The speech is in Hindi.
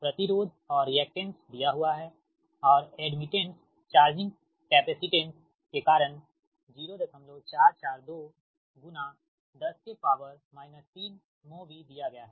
प्रतिरोध और रिएक्टेंस दिया हुआ है और एड्मिटेंस चार्जिंग कैपेसिटेंस के कारण 0442 10 3 mho भी दिया गया है